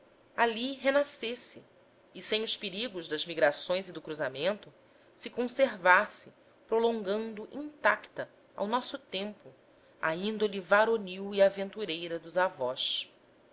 ali renascesse e sem os perigos das migrações e do cruzamento se conservasse prolongando intacta ao nosso tempo a índole varonil e aventureira dos avós